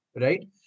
right